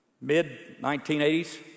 mid-1980s